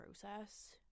process